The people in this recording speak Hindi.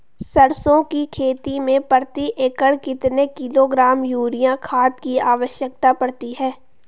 सरसों की खेती में प्रति एकड़ कितने किलोग्राम यूरिया खाद की आवश्यकता पड़ती है?